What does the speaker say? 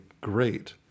great